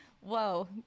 Whoa